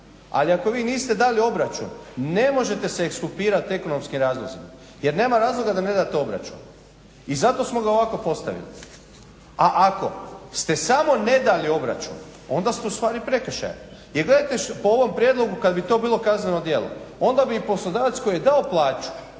ali ako vi niste dali obračun ne možete se ekskulpirat ekonomski razlozi jer nema razloga da ne date obračun i zato smo ga ovako postavili. A ako ste samo ne obračun onda su to stvari prekršaja jer gledajte po ovom prijedlogu kad bi to bilo kazneno djelo. Onda bi i poslodavac koji je dao plaću